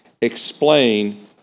explain